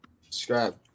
Subscribe